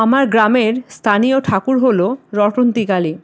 আমার গ্রামের স্থানীয় ঠাকুর হল রটন্তী কালী